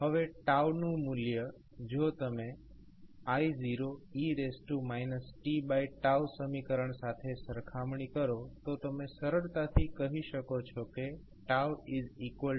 હવે નું મૂલ્ય જો તમે I0e tસમીકરણ સાથે સરખામણી કરો તો તમે સરળતાથી કહી શકો કે LR છે